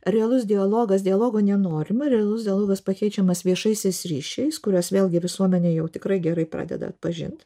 realus dialogas dialogo nenorima realus dialogas pakeičiamas viešaisiais ryšiais kuriuos vėlgi visuomenė jau tikrai gerai pradeda atpažint